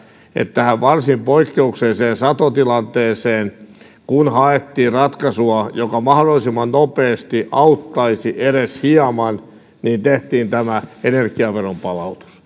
kun tähän varsin poikkeukselliseen satotilanteeseen haettiin ratkaisua joka mahdollisimman nopeasti auttaisi edes hieman niin tehtiin tämä energiaveron palautus